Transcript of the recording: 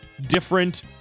different